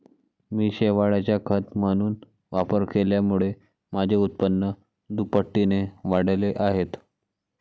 मी शेवाळाचा खत म्हणून वापर केल्यामुळे माझे उत्पन्न दुपटीने वाढले आहे